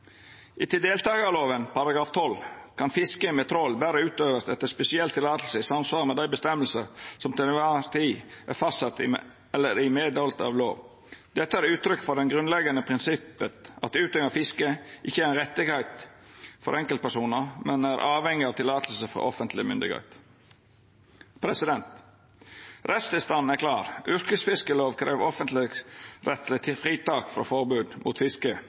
deltakerloven § 12 kan fiske med trål bare utøves etter spesiell tillatelse i samsvar med de bestemmelser som til enhver tid er fastsatt i eller i medhold av lov. Dette er uttrykk for det grunnleggende prinsippet at utøving av fiske ikke er en rettighet, men er avhengig av tillatelse fra offentlig myndighet.» Rettstilstanden er klar: Yrkesfiske krev offentlegrettsleg fritak frå forbod mot fiske. Det stadfestar at fisket høyrer til